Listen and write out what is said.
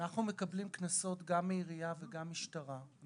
אנחנו מקבלים קנסות גם מעירייה וגם מהמשטרה.